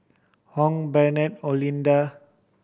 Hung Brent and Olinda